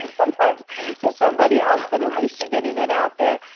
sometimes to somebody else, but at least you're getting it out there.